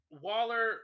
Waller